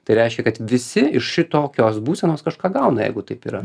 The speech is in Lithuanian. tai reiškia kad visi iš tokios būsenos kažką gauna jeigu taip yra